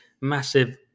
massive